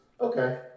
okay